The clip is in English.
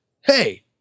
Hey